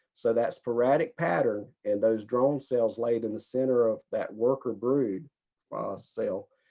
so that sporadic pattern and those drone cells laid in the center of that worker brood cell,